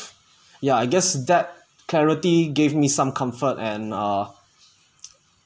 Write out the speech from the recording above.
yeah I guess that clarity gave me some comfort and uh